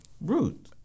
root